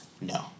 no